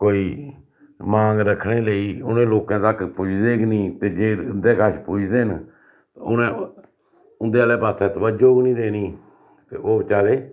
कोई मांग रक्खने लेई उ'नें लोकें तक पुज्जदे गै नेईं ते जे इं'दे कच्छ पुज्जदे न ते उ'नें उं'दे आह्लै पासै तबज्जो गै नेईं देनी ते ओह् बेचारे